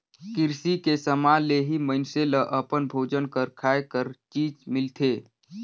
किरसी के समान ले ही मइनसे ल अपन भोजन बर खाए कर चीज मिलथे